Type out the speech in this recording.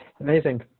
Amazing